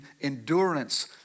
endurance